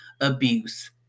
abuse